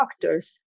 doctors